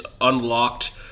unlocked